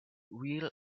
real